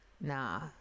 nah